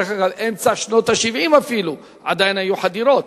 אפילו באמצע שנות ה-70 עדיין היו חדירות,